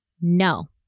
no